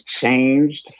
changed